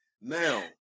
Now